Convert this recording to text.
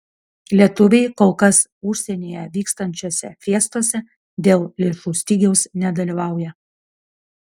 lietuviai kol kas užsienyje vykstančiose fiestose dėl lėšų stygiaus nedalyvauja